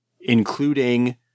including